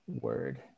word